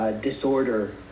Disorder